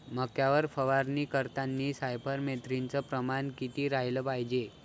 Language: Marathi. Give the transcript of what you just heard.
मक्यावर फवारनी करतांनी सायफर मेथ्रीनचं प्रमान किती रायलं पायजे?